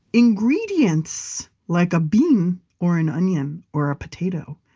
ingredients like a bean or an onion or a potato,